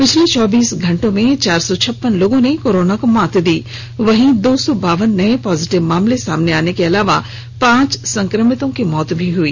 पिछले चौबीस घंटे में चार सौ छप्पन लोगों ने कोरोना को मात दी वहीं दो सौ बावन नए पॉजिटिव मामले सामने आने के अलावा पांच संक्रमितों की मौत भी हो गई